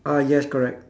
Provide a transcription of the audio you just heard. ah yes correct